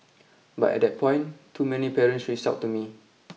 but at that point too many parents reached out to me